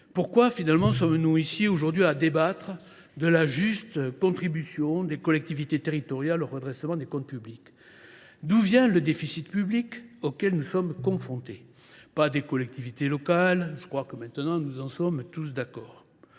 Pourquoi, finalement, sommes nous ici aujourd’hui à débattre de la juste contribution des collectivités territoriales au redressement des comptes publics ? D’où vient le déficit public auquel nous sommes confrontés ? Pas des collectivités locales, nous en sommes tous d’accord.